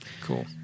Cool